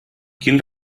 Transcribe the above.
quin